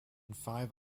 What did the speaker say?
five